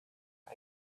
and